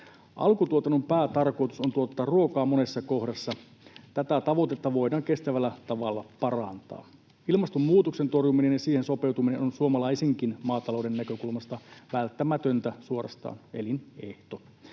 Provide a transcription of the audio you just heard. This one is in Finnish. Alkutuotannon päätarkoitus on tuottaa ruokaa. Monessa kohdassa tätä tavoitetta voidaan kestävällä tavalla parantaa. Ilmastonmuutoksen torjuminen ja siihen sopeutuminen on suomalaisenkin maatalouden näkökulmasta välttämätöntä, suorastaan elinehto.